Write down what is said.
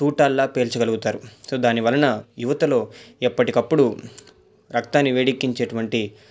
తూటాల్లా పేల్చగలుగుతారు సో దానివలన యువతలో ఎప్పటికప్పుడు రక్తాన్ని వేడెక్కిచ్చేటువంటి